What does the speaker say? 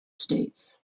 states